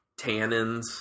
Tannins